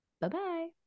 Bye-bye